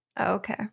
Okay